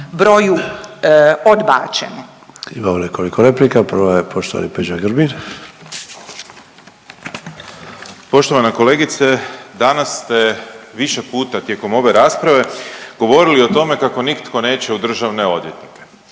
Ante (HDZ)** Imamo nekoliko replika, prva je poštovani Peđa Grbin. **Grbin, Peđa (SDP)** Poštovana kolegice, danas ste više puta tijekom ove rasprave govorili o tome kako nitko neće u državne odvjetnike.